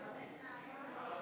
סעיפים 1 2